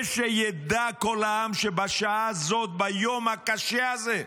ושידע כל העם שבשעה הזאת, ביום הקשה הזה,